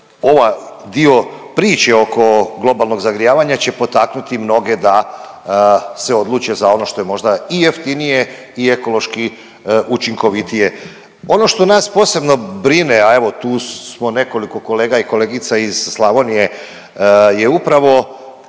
ova dio priče oko globalnog zagrijavanja će potaknuti mnoge da se odluče za ono što je možda i jeftinije i ekološki učinkovitije. Ono što nas posebno brine, a evo, tu smo nekoliko kolega i kolegica iz Slavonije, je upravo